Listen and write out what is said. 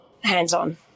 hands-on